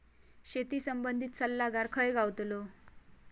शेती संबंधित सल्लागार खय गावतलो?